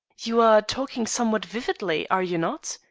you are talking somewhat wildly, are you not?